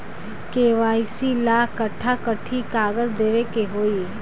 KYC ला कट्ठा कथी कागज देवे के होई?